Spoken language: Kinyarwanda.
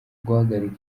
guhagarika